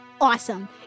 awesome